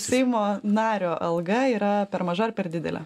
seimo nario alga yra per maža ar per didelė